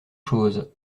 chose